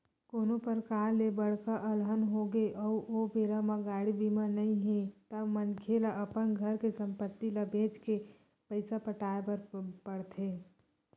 कोनो परकार ले बड़का अलहन होगे अउ ओ बेरा म गाड़ी बीमा नइ हे ता मनखे ल अपन घर के संपत्ति ल बेंच के पइसा पटाय बर पड़थे